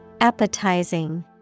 Appetizing